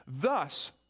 Thus